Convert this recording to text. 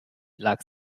lag